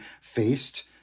faced